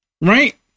Right